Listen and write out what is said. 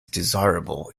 desirable